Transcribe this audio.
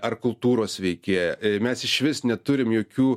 ar kultūros veikėją mes išvis neturim jokių